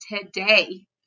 Today